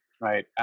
Right